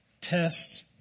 tests